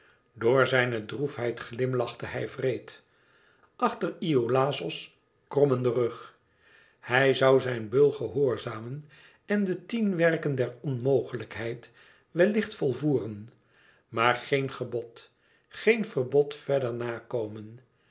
door zijne droefheid glimlachte hij wreed achter iolàos krommenden rug hij zoû zijn beul gehoorzamen en de tien werken der onmogelijkheid wellicht volvoeren maar geen gebod geen verbod verder na